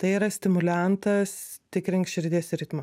tai yra stimuliantas tikrink širdies ritmą